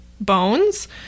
Bones